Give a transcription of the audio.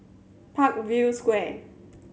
Parkview Square